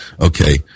Okay